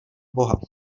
boha